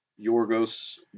Yorgos